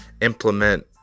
implement